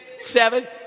seven